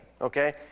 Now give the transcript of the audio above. Okay